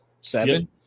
seven